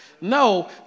No